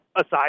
aside